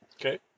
Okay